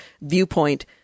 viewpoint